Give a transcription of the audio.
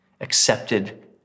accepted